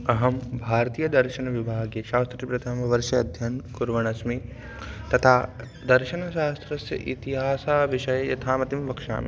अहं भारतीयदर्शनविभागे शास्त्रीप्रथमवर्षे अध्ययनं कुर्वाणः अस्मि तथा दर्शनशास्त्रस्य इतिहासविषये यथामतिं वक्षामि